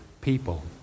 people